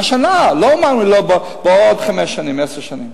השנה, לא אמרנו: בעוד חמש שנים, עשר שנים.